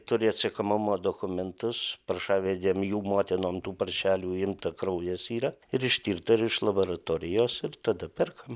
turi atsekamumo dokumentus paršavedėm jų motinom tų paršelių imta kraujas yra ir ištirta ir iš laboratorijos ir tada perkam